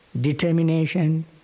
determination